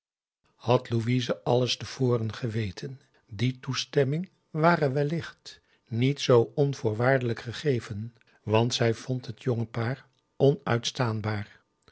had louise alles te voren geweten die toestemming ware wellicht niet zoo onvoorwaardelijk gegeven want zij vond het jonge paar